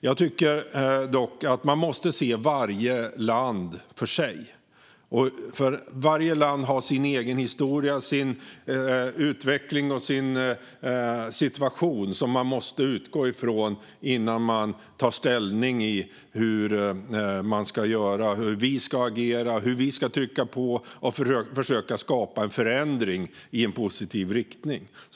Jag tycker dock att vi måste se varje land för sig, eftersom varje land har sin egen historia, sin utveckling och sin situation som vi måste utgå från innan vi tar ställning till hur vi ska agera och hur vi ska trycka på och försöka skapa en förändring i en positiv riktning.